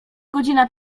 godzina